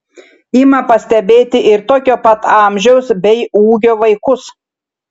ima pastebėti ir tokio pat amžiaus bei ūgio vaikus